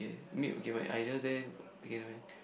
mute okay my idol there okay nevermind